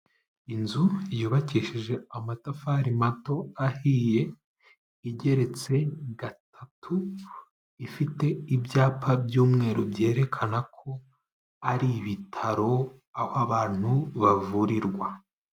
Inzu yubakishije amatafari mato ahiye, igeretse gatatu, ifite ibyapa by'umweru byerekana ko ari ibitaro, aho abantu bavurirwa.